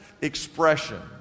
expression